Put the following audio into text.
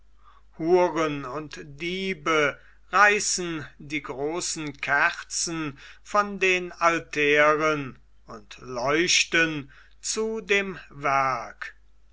huren und diebe reißen die großen kerzen von den altären und leuchten zu dem